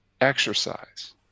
exercise